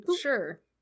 sure